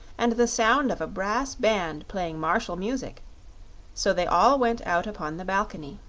and the sound of a brass band playing martial music so they all went out upon the balcony.